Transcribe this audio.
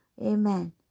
Amen